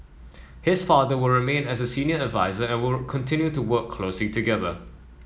his father will remain as a senior adviser and will continue to work closely together